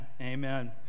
Amen